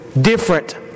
different